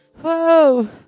Whoa